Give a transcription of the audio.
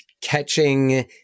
catching